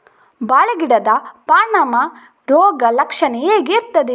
ಬಾಳೆ ಗಿಡದ ಪಾನಮ ರೋಗ ಲಕ್ಷಣ ಹೇಗೆ ಇರ್ತದೆ?